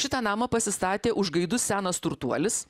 šitą namą pasistatė užgaidus senas turtuolis